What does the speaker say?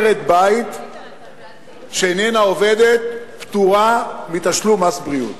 עקרת-בית שאיננה עובדת פטורה מתשלום מס בריאות.